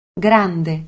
Grande